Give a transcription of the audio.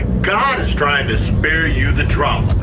god is trying to spare you the drama.